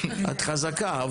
את חזקה,